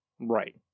Right